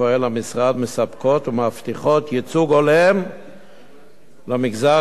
הן מספקות ומבטיחות ייצוג הולם למגזר הערבי,